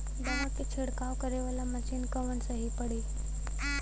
दवा के छिड़काव करे वाला मशीन कवन सही पड़ी?